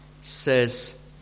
says